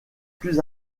plus